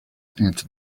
answered